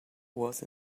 was